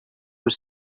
was